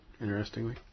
interestingly